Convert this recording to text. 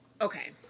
Okay